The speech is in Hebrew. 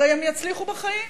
הם יצליחו בחיים.